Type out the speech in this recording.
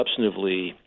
substantively